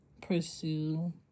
pursue